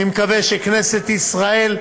אני מקווה שבכנסת ישראל,